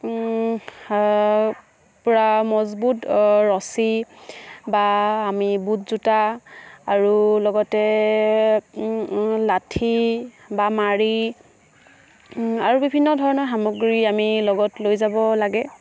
মজবুত ৰছী বা আমি বুট জোতা আৰু লগতে লাঠি বা মাৰি আৰু বিভিন্ন ধৰণৰ সামগ্ৰী আমি লগত লৈ যাব লাগে